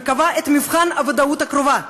וקבע את מבחן הוודאות הקרובה,